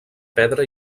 pedra